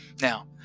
Now